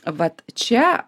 vat čia